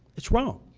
it's wrong,